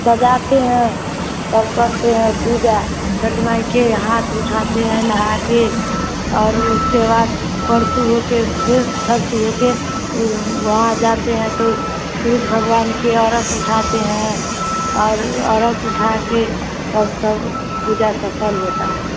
सजाते हैं तब करते हैं पूजा छठ माई के हाथ उठाते हैं नहाकर और उसके बाद परसु के फ़िर परसु होकर वहाँ जाते हैं तो सूरज भगवान के अरघ उठाते हैं और अरघ उठाकर तब सब पूजा सफल होता है